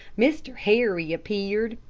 mr. harry appeared.